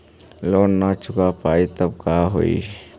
Loan न चुका पाई तब का होई?